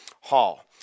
Hall